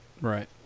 Right